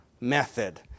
method